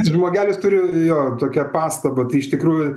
žmogelis turi jo tokią pastabą tai iš tikrųjų